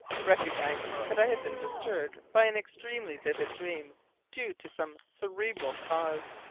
recognizing that i had been disturbed by an extremely vivid dream due to some cerebral cause.